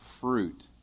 fruit